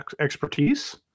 expertise